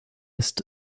ist